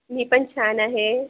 मी पण छान आहे